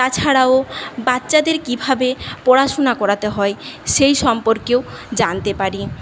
তাছাড়াও বাচ্চাদের কীভাবে পড়াশোনা করাতে হয় সেই সম্পর্কেও জানতে পারি